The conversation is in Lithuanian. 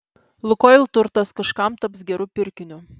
lukoil turtas kažkam taps geru pirkiniu